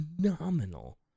phenomenal